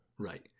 Right